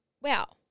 wow